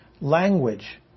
language